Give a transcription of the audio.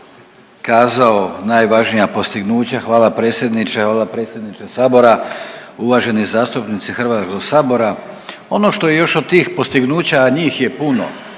hvala predsjedniče sabora. Uvaženi zastupnici Hrvatskog sabora, ono što je još od tih postignuća, a njih je puno,